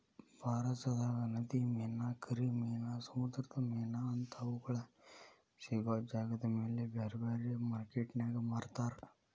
ಭಾರತದಾಗ ನದಿ ಮೇನಾ, ಕೆರಿ ಮೇನಾ, ಸಮುದ್ರದ ಮೇನಾ ಅಂತಾ ಅವುಗಳ ಸಿಗೋ ಜಾಗದಮೇಲೆ ಬ್ಯಾರ್ಬ್ಯಾರೇ ಮಾರ್ಕೆಟಿನ್ಯಾಗ ಮಾರ್ತಾರ